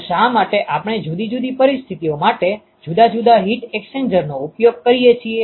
તો શા માટે આપણે જુદી જુદી પરિસ્થિતિઓ માટે જુદા જુદા હીટ એક્સ્ચેન્જરનો ઉપયોગ કરી શકીએ છીએ